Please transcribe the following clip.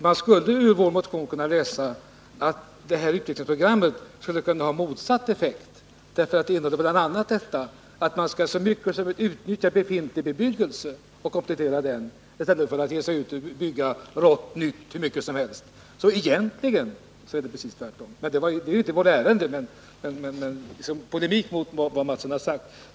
Man skulle ur vår motion kunna läsa att ett sådant här utvecklingsprogram kan ha motsatt effekt, därför att det bl.a. innehåller att man så mycket som möjligt skall utnyttja den befintliga bebyggelsen och optimera den i stället för att ge sig ut och bygga nytt hur mycket som helst. Egentligen är det alltså precis tvärtom — det är förstås inte vårt ärende, men jag vill säga det i polemik mot vad Kjell Mattsson sagt.